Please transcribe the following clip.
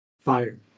fire